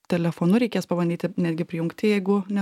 telefonu reikės pabandyti netgi prijungti jeigu ne